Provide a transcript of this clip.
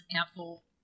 apple